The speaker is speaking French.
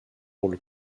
rôle